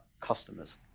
customers